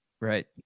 Right